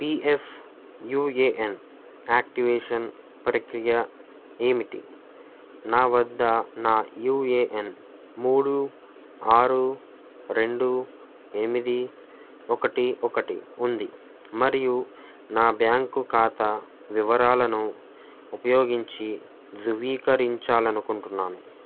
P F U A N activation ప్రక్రియ ఏమిటి నా వద్ద నా యూ ఏ ఎన్ మూడు ఆరు రెండు ఎనిమిది ఒకటి ఒకటి ఉంది మరియు నా బ్యాంకు ఖాతా వివరాలను ఉపయోగించి ధృవీకరించాలి అనుకుంటున్నాను